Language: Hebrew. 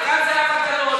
וגם זהבה גלאון,